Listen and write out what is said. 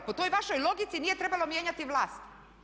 Po toj vašoj logici nije trebalo mijenjati vlast.